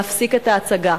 להפסיק את ההצגה.